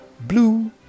blue